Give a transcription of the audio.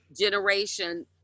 generation